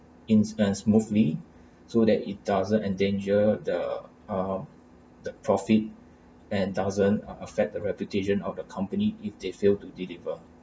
in as smoothly so that it doesn't endanger the uh the profit and doesn't uh affect the reputation of the company if they fail to deliver